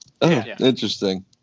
Interesting